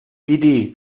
piti